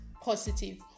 positive